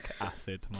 acid